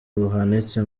buhanitse